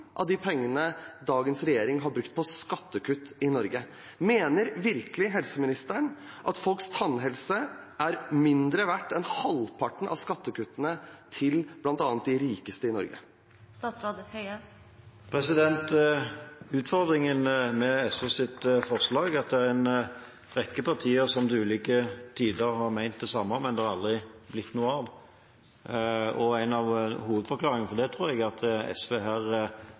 av de pengene dagens regjering har brukt på skattekutt i Norge. Mener virkelig helseministeren at folks tannhelse er mindre verdt enn halvparten av skattekuttene til bl.a. de rikeste i Norge? Utfordringen med SVs forslag er at det er en rekke partier som til ulike tider har ment det samme, men det har aldri blitt noe av. En av hovedforklaringene på det tror jeg er at SV her